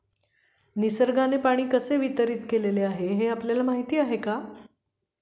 निसर्गात पाणी कसे वितरीत केलेले आहे हे आपल्याला माहिती आहे का?